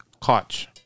Koch